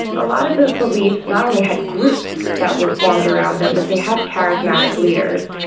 a lot of those beliefs not only had groups that were formed around them but they have charismatic leaders.